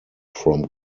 from